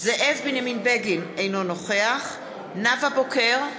זאב בנימין בגין, אינו נוכח נאוה בוקר,